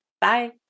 bye